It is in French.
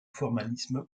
formalisme